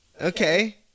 Okay